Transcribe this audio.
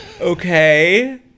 Okay